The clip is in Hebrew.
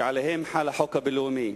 שעליהם חל החוק הבין-לאומי.